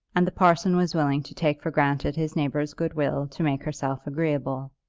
and the parson was willing to take for granted his neighbour's good will to make herself agreeable.